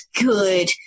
good